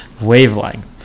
wavelength